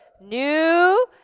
New